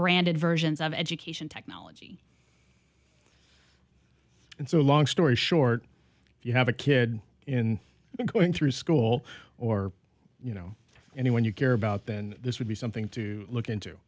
branded versions of education technology and so long story short if you have a kid in the going through school or you know anyone you care about then this would be something to look into